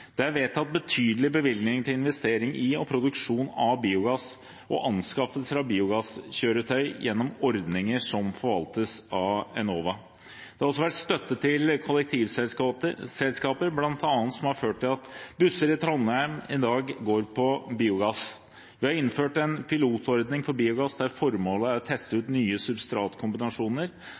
Det er vedtatt betydelige bevilgninger til investering i og produksjon av biogass og anskaffelser av biogasskjøretøy gjennom ordninger som forvaltes av Enova. Det er også gitt støtte til kollektivselskaper, noe som bl.a. har ført til at busser i Trondheim i dag går på biogass. Vi har innført en pilotordning for biogass der formålet er å teste ut nye substratkombinasjoner.